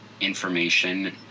information